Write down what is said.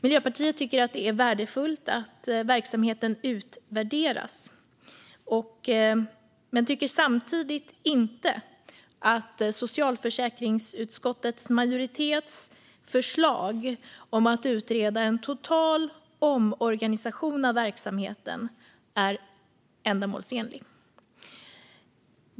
Miljöpartiet tycker att det är värdefullt att verksamheten utvärderas, men tycker samtidigt inte att socialförsäkringsutskottets majoritets förslag om att utreda en total omorganisation av verksamheten är ändamålsenlig.